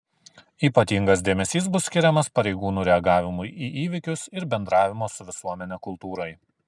ypatingas dėmesys bus skiriamas pareigūnų reagavimui į įvykius ir bendravimo su visuomene kultūrai